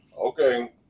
Okay